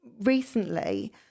recently